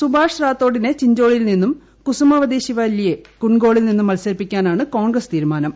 സുബ്ട്ട്ഷ് റാത്തോടിനെ ചിഞ്ചോളിയിൽ നിന്നും കുസുമവതി ശിവല്ലിയെ കുണ്ട്ഗോളിൽ നിന്നും മത്സരിപ്പിക്കാനാണ് കോൺഗ്രസ്സ് തീരുമാനം